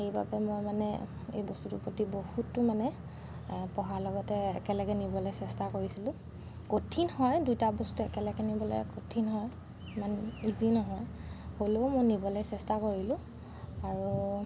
সেইবাবে মোৰ মানে এই বস্তুটোৰ প্ৰতি বহুতো মানে পঢ়াৰ লগতে একেলগে নিবলৈ চেষ্টা কৰিছিলোঁ কঠিন হয় দুটা বস্তু একেলগে নিবলৈ কঠিন হয় ইমান ইজি নহয় হ'লেও মই নিবলৈ চেষ্টা কৰিলোঁ আৰু